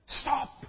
stop